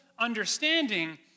Understanding